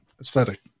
aesthetic